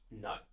No